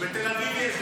בתל אביב יש,